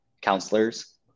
counselors